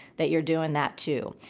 that you're doing that too.